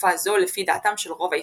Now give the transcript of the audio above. תקופה זו לפי דעתם של רוב ההיסטוריונים.